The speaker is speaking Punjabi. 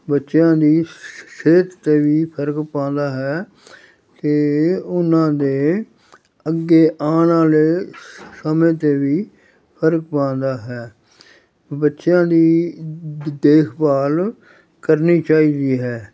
ਬੱਚਿਆਂ ਦੀ ਸ ਸਿਹਤ 'ਤੇ ਵੀ ਫਰਕ ਪਾਉਂਦਾ ਹੈ ਅਤੇ ਉਹਨਾਂ ਦੇ ਅੱਗੇ ਆਉਣ ਵਾਲੇ ਸ ਸਮੇਂ 'ਤੇ ਵੀ ਫਰਕ ਪਾਉਂਦਾ ਹੈ ਬੱਚਿਆਂ ਦੀ ਦ ਦੇਖਭਾਲ ਕਰਨੀ ਚਾਹੀਦੀ ਹੈ